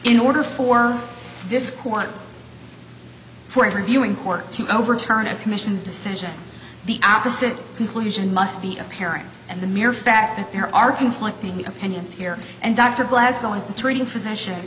in order for this court for interview in court to overturn a commission's decision the opposite conclusion must be apparent and the mere fact that there are conflicting opinions here and dr glasgow is the treating physician